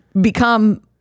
become